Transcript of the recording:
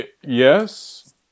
yes